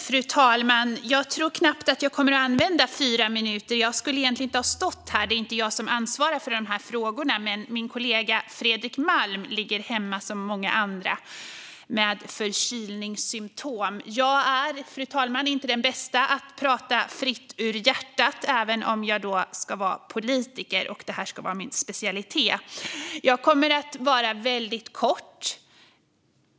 Fru talman! Jag tror knappt att jag kommer att använda mina fyra minuter. Jag skulle egentligen inte stå här, eftersom det inte är jag som ansvarar för de här frågorna, men min kollega Fredrik Malm ligger som många andra hemma med förkylningssymtom. Jag är inte den bästa på att prata fritt ur hjärtat, även om jag är politiker och det ska vara min specialitet. Jag kommer att hålla det väldigt kort.